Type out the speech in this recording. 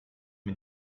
mir